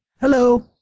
Hello